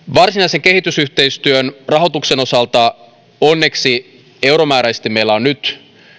varsinaisen kehitysyhteistyön rahoituksen osalta onneksi meillä on nyt euromääräisesti